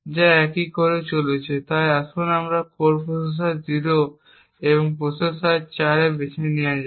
যা একই কোরে চলছে তাই আসুন কোর প্রসেসর 0 এবং প্রসেসর 4 বেছে নেওয়া যাক